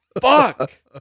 fuck